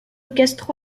castro